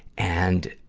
and,